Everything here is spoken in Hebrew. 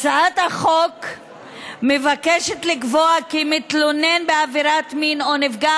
הצעת החוק מבקשת לקבוע כי מתלונן בעבירת מין או נפגע